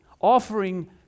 offering